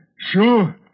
Sure